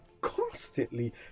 constantly